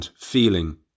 feeling